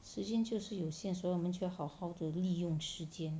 时间就是有限所以我们就要好好的利用时间